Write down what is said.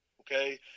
okay